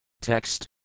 Text